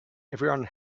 everyone